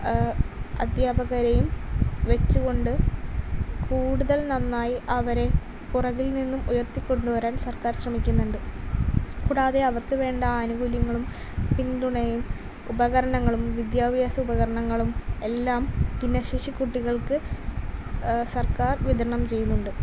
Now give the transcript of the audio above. അദ്ധ്യാപകരെയും വെച്ചുകൊണ്ട് കൂടുതൽ നന്നായി അവരെ പുറകിൽ നിന്നും ഉയർത്തിക്കൊണ്ട് വരാൻ സർക്കാർ ശ്രമിക്കുന്നുണ്ട് കൂടാതെ അവർക്ക് വേണ്ട ആനുകൂല്യങ്ങളും പിന്തുണയും ഉപകരണങ്ങളും വിദ്യാഭ്യാസ ഉപകരണങ്ങളും എല്ലാം ഭിന്നശേഷി കുട്ടികൾക്ക് സർക്കാർ വിതരണം ചെയ്യുന്നുണ്ട്